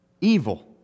Evil